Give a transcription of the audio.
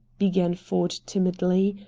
began ford timidly,